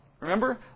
Remember